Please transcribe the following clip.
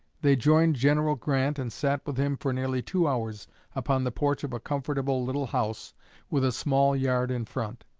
they joined general grant, and sat with him for nearly two hours upon the porch of a comfortable little house with a small yard in front.